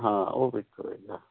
ਹਾਂ ਉਹ ਵਿੱਚ ਹੋਏਗਾ